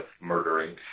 murdering